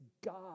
God